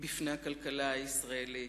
בפני הכלכלה הישראלית,